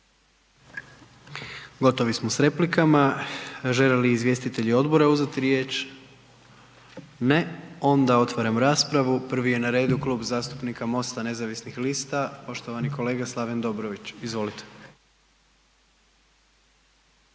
Gotovi smo s replikama. Žele li izvjestitelji odbora uzeti riječ? Ne. Onda otvaram raspravu, prvi je na redu Kluba zastupnika Mosta nezavisnih lista poštovani kolega Slaven Dobrović, izvolite.